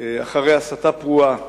אחרי הסתה פרועה